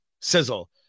sizzle